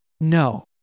No